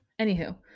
Anywho